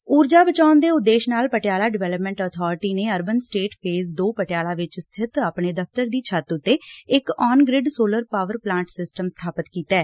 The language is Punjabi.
ਊਰਜਾ ਬਚਾਉਣ ਦੇ ਉਦੇਸ਼ ਨਾਲ਼ ਪਟਿਆਲਾ ਡਵੈਲਪਮੈਂਟ ਅਬਾਰਿਟੀ ਨੇ ਅਰਬਨ ਅਸਟੇਟ ਫੇਜ਼ ਦੋ ਪਟਿਆਲਾ 'ਚ ਸਬਿਤ ਆਪਣੇ ਦਫਤਰ ਦੀ ਛੱਤ ਉਂਤੇ ਇੱਕ on grid solar power plant system ਸਬਾਪਤ ਕੀਤੈ